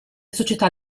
società